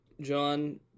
John